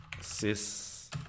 Sis